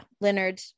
Leonard